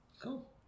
Cool